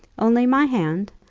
only my hand!